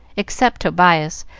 except tobias,